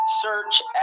search